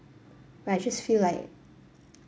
but I just feel like